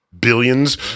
billions